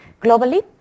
globally